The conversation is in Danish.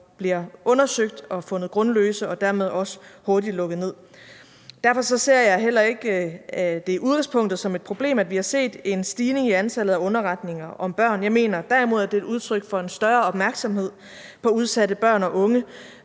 bliver undersøgt og fundet grundløse og dermed også hurtigt bliver lukket ned. Derfor ser jeg det i udgangspunktet heller ikke som et problem, at vi har set en stigning i antallet af underretninger om børn. Jeg mener derimod, at det er et udtryk for en større opmærksomhed på udsatte børn og unge;